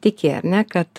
tiki ar ne kad